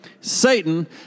Satan